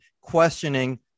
questioning